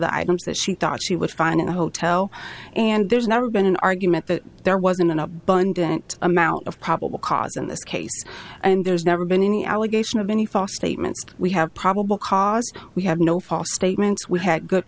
the items that she thought she would find in a hotel and there's never been an argument that there wasn't an abundant amount of probable cause in this case and there's never been any allegation of any false statements we have probable cause we have no false statements we had good